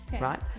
right